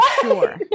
sure